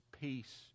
Peace